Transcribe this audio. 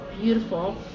Beautiful